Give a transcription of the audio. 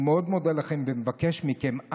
אני מאוד מודה לכם ומבקש מכם,